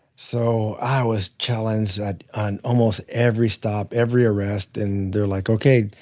so i was challenged on almost every stop, every arrest. and they're like, ok,